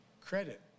credit